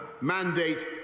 mandate